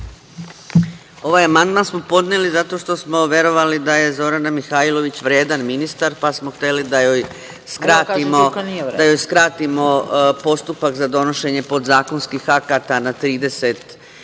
Ovaj amandman smo podneli zato što smo verovali da je Zorana Mihajlović vredan ministar, pa smo hteli da joj skratimo postupak za donošenje podzakonskih akata na 30